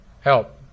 help